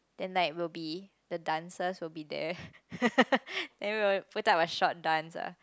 then like will be the dancers will be there then we'll put up a short dance ah